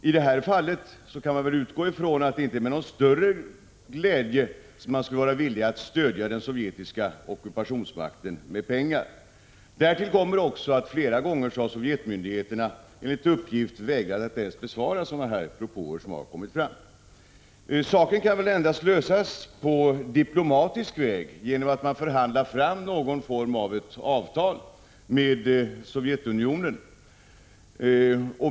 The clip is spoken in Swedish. I detta fall utgår jag från att det inte är med någon större glädje som man stödjer den sovjetiska ockupationsmakten med pengar. Därtill kommer att Sovjetmyndigheterna, enligt uppgift, flera gånger har vägrat att besvara sådana här propåer. Saken kan endast lösas på diplomatisk väg, genom att Sverige förhandlar fram någon form av avtal med Sovjetunionen.